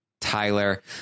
tyler